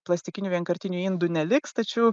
plastikinių vienkartinių indų neliks tačiau